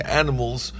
animals